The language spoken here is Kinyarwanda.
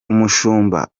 umushumba